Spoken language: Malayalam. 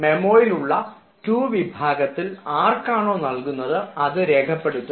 മെമ്മോയിലുള്ള ടു വിഭാഗത്തിൽ ആർക്കാണോ നൽകുന്നത് അത് രേഖപ്പെടുത്തുക